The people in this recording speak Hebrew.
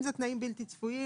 אם זה תנאים בלתי צפויים,